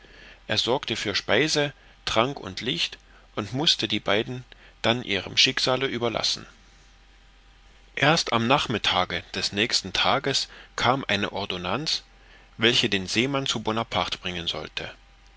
er sorgte für speise trank und licht und mußte die beiden dann ihrem schicksale überlassen erst am nachmittage des nächsten tages kam eine ordonnanz welche den seemann zu bonaparte bringen sollte